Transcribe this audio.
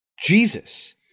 Jesus